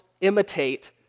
imitate